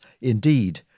indeed